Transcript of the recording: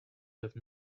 have